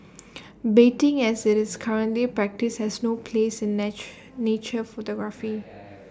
baiting as IT is currently practised has no place in natch nature photography